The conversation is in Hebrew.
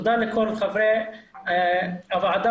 תודה לכל חברי הוועדה.